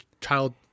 child